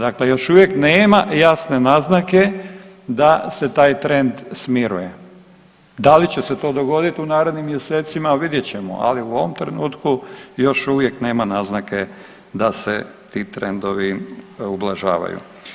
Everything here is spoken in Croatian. Dakle, još uvijek nema jasne naznake da se taj trend smiruje, da li će se to dogoditi u narednim mjesecima vidjet ćemo, ali u ovom trenutku još uvijek nema naznake da se ti trendovi ublažavaju.